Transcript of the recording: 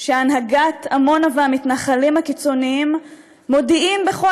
שהנהגת עמונה והמתנחלים הקיצוניים מודיעים בכל